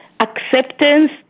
acceptance